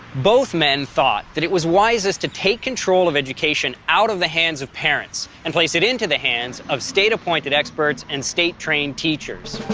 both men thought that it was wisest to take control of education out of the hands of parents and place it into the hands of state-appointed experts and state-trained teachers,